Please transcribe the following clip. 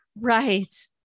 Right